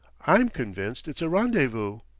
i'm convinced it's a rendezvous?